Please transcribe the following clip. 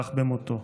וכך במותו.